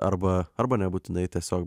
arba arba nebūtinai tiesiog